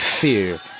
fear